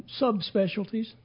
subspecialties